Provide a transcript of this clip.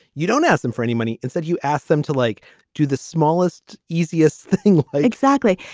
you don't ask them for any money. instead, you ask them to like do the smallest, easiest thing exactly.